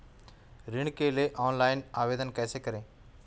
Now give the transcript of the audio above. ऋण के लिए ऑनलाइन आवेदन कैसे करें?